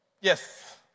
Yes